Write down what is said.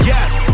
Yes